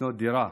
לקנות דירה,